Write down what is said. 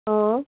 অঁ